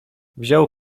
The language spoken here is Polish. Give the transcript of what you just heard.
wziął